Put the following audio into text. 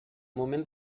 moment